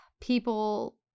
people